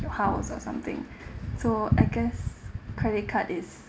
your house or something so I guess credit card is